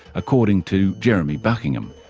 according to jeremy buckingham.